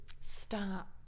stop